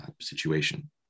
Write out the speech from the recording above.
situation